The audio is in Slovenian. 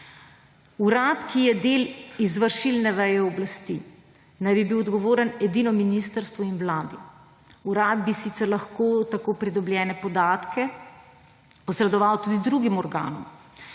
Urad, ki je del izvršilne veje oblasti, naj bi bil odgovoren edino ministrstvu in Vladi. Urad bi sicer lahko tako pridobljene podatke posredoval tudi drugim organom,